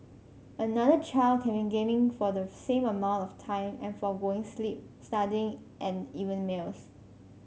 another child can be gaming for the same amount of time and forgoing sleep studying and even meals